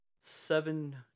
Seven